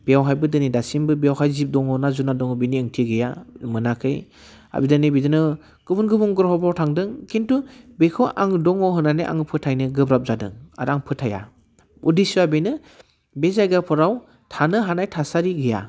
बेयावहायबो दिनै दासिमबो बेवहाय जिब दङ ना जुनाद दङ बिनि ओंथि गैया मोनाखै दिनै बिदिनो गुबुन गुबुन ग्रहफ्राव थांदों खिन्थु बेखौ आङो दङ होननानै आङो फोथायनो गोब्राब जादों आरो आं फोथाया उदिस्स'वआ बेनो बे जायगाफोराव थानो हानाय थासारि गैया